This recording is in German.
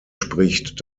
spricht